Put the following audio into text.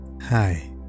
Hi